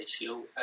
issue